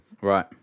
Right